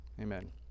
Amen